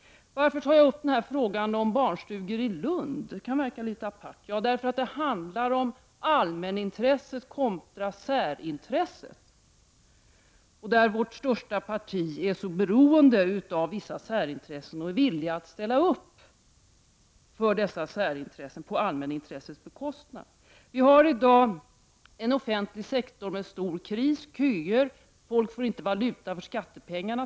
Varför tar jag upp frågan om barnstugor i Lund till debatt? Det kan verka litet apart. Jo, jag gör det därför att det handlar om allmänintresset kontra särintresset. Vårt största parti är mycket beroende av vissa särintressen och är berett att ställa upp för dessa särintressen på allmänintressets bekostnad. Vi har i dag en offentlig sektor i kris. Det är köer, och människorna får inte valuta för skattepengarna.